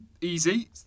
easy